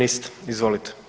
Izvolite.